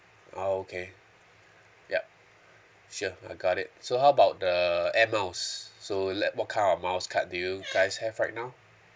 oh okay yup sure I got it so how about the air miles so like what kind of miles card do you guys have right now